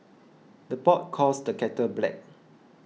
the pot calls the kettle black